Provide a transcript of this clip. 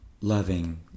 loving